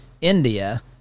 india